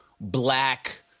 black